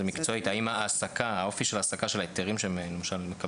מקצועית מה אורך תקופת ההעסקה של ההיתרים שמקבלים?